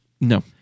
No